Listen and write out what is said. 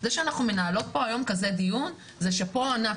זה שאנחנו מנהלות פה היום כזה דיון, זה שאפו ענק.